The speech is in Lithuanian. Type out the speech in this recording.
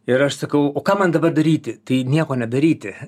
ir aš sakau o ką man dabar daryti tai nieko nedaryti